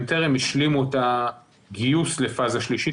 הם טרם השלימו את הגיוס לפאזה שלישית,